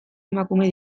emakume